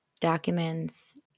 documents